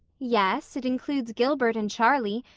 yes, it includes gilbert and charlie,